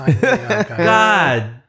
god